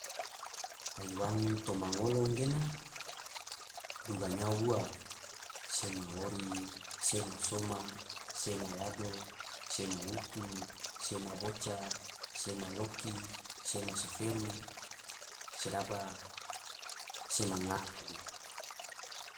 Haiwan toma ngolo gena duga nyao ua, sema ori, sema soma, sema lado, sema utu, sema boca, sema loki, sema saferu, sedaba sema ngang yali.